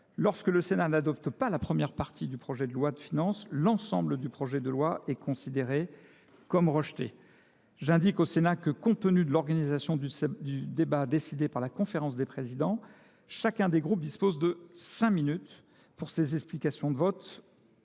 lorsque le Sénat n'adopte pas la première partie du projet de loi de finances, l'ensemble du projet de loi est considéré comme rejeté. J'indique au Sénat que, compte tenu de l'organisation du débat décidé par la conférence des présidents, chacun des groupes dispose de 5 minutes pour ses explications de vote,